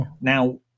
now